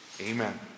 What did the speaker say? Amen